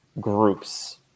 groups